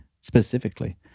specifically